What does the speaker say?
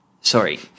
Sorry